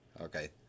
Okay